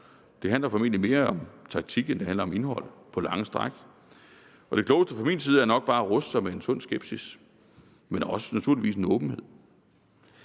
Det handler formentlig mere om taktik, end det handler om indhold på lange stræk. Og det klogeste fra min side er nok bare at ruste mig med en sund skepsis, men naturligvis også med